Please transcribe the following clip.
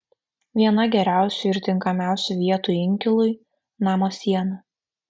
viena geriausių ir tinkamiausių vietų inkilui namo siena